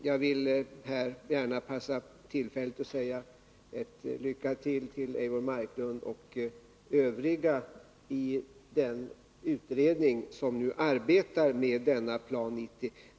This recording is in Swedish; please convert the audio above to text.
Jag vill här gärna passa på tillfället att önska Eivor Marklund och övriga i den utredning som nu arbetar med denna Plan 90 lycka till.